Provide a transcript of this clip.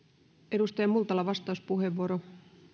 edustaja multala vastauspuheenvuoro